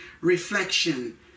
Reflection